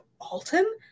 alton